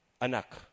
Anak